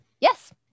Yes